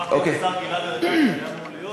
שוחחתי עם השר גלעד ארדן שהיה אמור להיות.